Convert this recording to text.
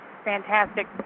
fantastic